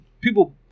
People